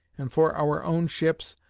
and for our own ships,